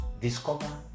discover